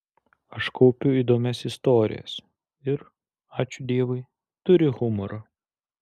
aš kaupiu įdomias istorijas ir ačiū dievui turiu humoro